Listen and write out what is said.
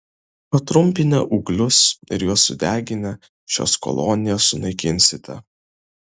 patrumpinę ūglius ir juos sudeginę šias kolonijas sunaikinsite